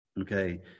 Okay